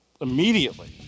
immediately